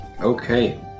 Okay